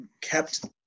kept